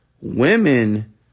women